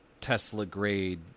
Tesla-grade